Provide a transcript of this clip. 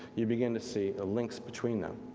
you begin to see the links between them.